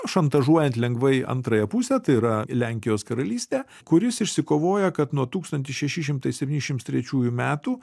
šantažuojant lengvai antrąją pusę tai yra lenkijos karalystę kuris išsikovoja kad nuo tūkstantis šeši šimtai septyniasdešimt trečiųjų metų